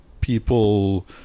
people